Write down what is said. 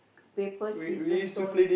paper scissor stone